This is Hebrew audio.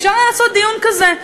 אפשר היה לעשות דיון כזה.